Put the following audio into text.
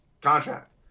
contract